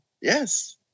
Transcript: Yes